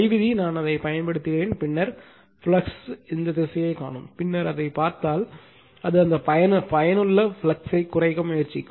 கை விதி அதைப் பயன்படுத்தவும் பின்னர் ஃப்ளக்ஸ் திசையைக் காணும் பின்னர் அதைப் பார்த்தால் அது அந்த பயனுள்ள ஃப்ளக்ஸைக் குறைக்க முயற்சிக்கும்